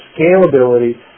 scalability